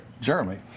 Jeremy